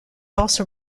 also